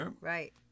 right